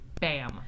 BAM